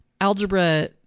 algebra